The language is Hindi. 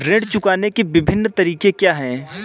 ऋण चुकाने के विभिन्न तरीके क्या हैं?